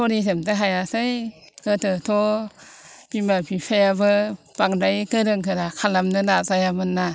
फरायजोबनो हायासै गोदोथ' बिमा बिफायाबो बांद्राय गोरों गोरा खालामनो नाजायामोन ना